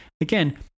Again